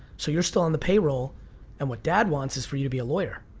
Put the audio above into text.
so you're still on the payroll and what dad wants is for you to be a lawyer.